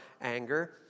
anger